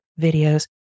videos